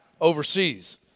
overseas